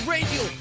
Radio